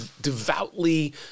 devoutly